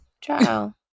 Trial